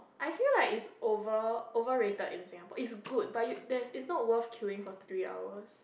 I feel like it's over over rated in Singapore it's good but you there's it's not worth queuing for three hours